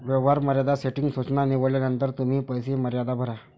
व्यवहार मर्यादा सेटिंग सूचना निवडल्यानंतर तुम्ही पैसे मर्यादा भरा